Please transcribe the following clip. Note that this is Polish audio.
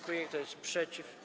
Kto jest przeciw?